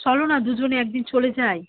চলো না দুজনে একদিন চলে যাই